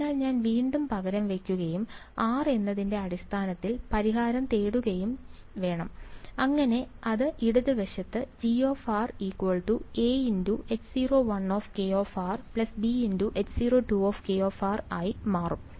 അതിനാൽ ഞാൻ വീണ്ടും പകരം വയ്ക്കുകയും r എന്നതിന്റെ അടിസ്ഥാനത്തിൽ പരിഹാരം നേടുകയും വേണം അങ്ങനെ അത് ഇടതുവശത്ത് G a H0 b H0 ആയി മാറും